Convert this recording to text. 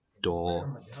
door